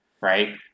right